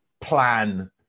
plan